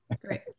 great